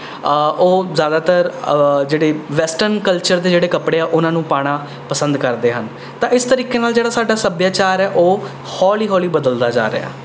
ਉਹ ਜ਼ਿਆਦਾਤਰ ਜਿਹੜੇ ਵੈਸਟਰਨ ਕਲਚਰ ਦੇ ਜਿਹੜੇ ਕੱਪੜੇ ਹੈ ਉਹਨਾਂ ਨੂੰ ਪਾਉਣਾ ਪਸੰਦ ਕਰਦੇ ਹਨ ਤਾਂ ਇਸ ਤਰੀਕੇ ਨਾਲ ਜਿਹੜਾ ਸਾਡਾ ਸੱਭਿਆਚਾਰ ਹੈ ਉਹ ਹੌਲੀ ਹੌਲੀ ਬਦਲਦਾ ਜਾ ਰਿਹਾ